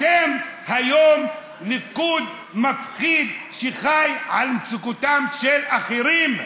אתם היום ליכוד מפחיד, שחי על מצוקתם של אחרים.